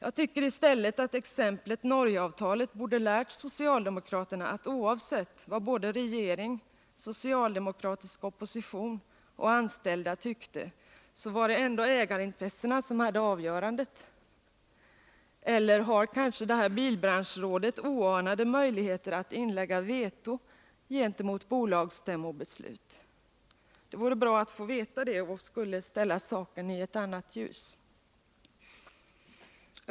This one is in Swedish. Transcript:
Jag tycker i stället att exemplet Norgeavtalet borde lärt socialdemokraterna att oavsett vad regering, socialdemokratisk opposition och anställda tycker är det ändå ägarintressena som har avgörandet. Eller har kanske bilbranschrådet oanade möjligheter att inlägga veto gentemot bolagsstämmobeslut? Det vore bra att få veta det, för om det är på det sättet skulle det ställa saken i ett annat ljus.